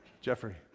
Jeffrey